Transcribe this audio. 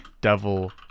Devil